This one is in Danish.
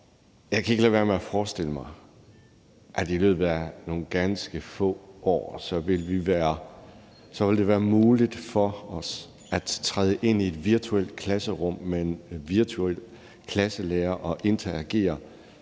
jeg kan ikke lade være med at forestille mig, at i løbet af nogle ganske få år vil det være muligt for os at træde ind i et virtuelt klasserum med en virtuel klasselærer og interagere